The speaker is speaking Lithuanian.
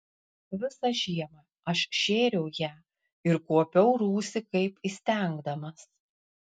visą žiemą aš šėriau ją ir kuopiau rūsį kaip įstengdamas